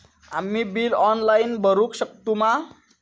आम्ही bill online भरुक शकतू मा?